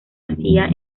hacía